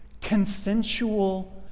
consensual